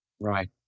Right